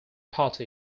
party